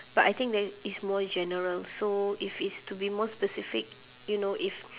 but I think that i~ is more general so if it's to be more specific you know if